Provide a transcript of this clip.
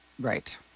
right